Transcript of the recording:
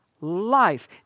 life